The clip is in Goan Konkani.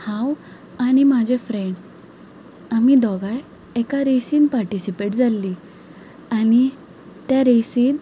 हांव आनी म्हजें फ्रेंड आमी दोगांय एका रेसीन पार्टिसिपेट जाल्ली आनी त्या रेसीन